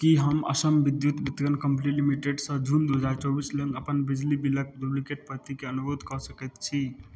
की हम Assam Vidyut Vitaran company limited सऽ जून दू हजार चौबीस लेल अपन बिजली बिलक डुप्लिकेट प्रतिके अनुरोध कऽ सकैत छी